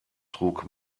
trug